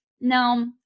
Now